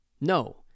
No